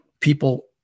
people